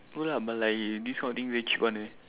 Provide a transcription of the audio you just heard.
no lah but like this kind of thing cheap one leh